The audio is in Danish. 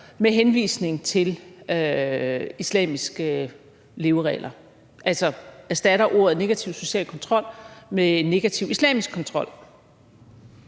med henvisning til islamiske leveregler – altså erstatter »negativ social kontrol« med »negativ islamisk kontrol«.